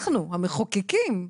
אנחנו, המחוקקים,